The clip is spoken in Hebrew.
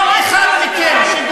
לא, הוא